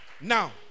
now